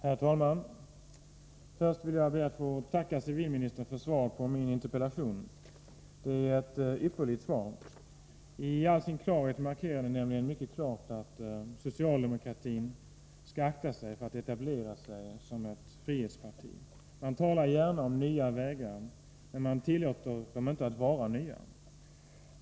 Herr talman! Först vill jag be att få tacka civilministern för svaret på min interpellation. Det är ett ypperligt svar. I all sin klarhet markerar det nämligen mycket tydligt att socialdemokratin skall akta sig för att etablera sig som ett frihetsparti. Man talar gärna om nya vägar, men man tillåter dem inte att vara nya.